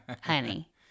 honey